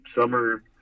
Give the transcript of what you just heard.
summer